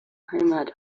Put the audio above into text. heimat